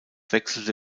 wechselte